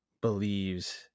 Believes